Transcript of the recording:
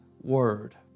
word